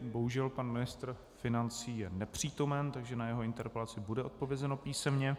Bohužel pan ministr financí je nepřítomen, takže na jeho interpelaci bude odpovězeno písemně.